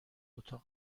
اتاق